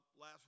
last